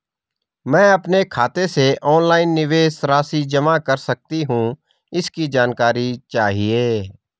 मैं अपने खाते से ऑनलाइन निवेश राशि जमा कर सकती हूँ इसकी जानकारी चाहिए?